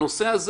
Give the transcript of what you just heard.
בנושא הזה